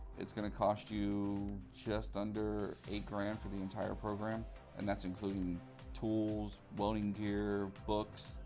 it's gonna cost you just under eight grand for the entire program and that's including tools, welding gear, books,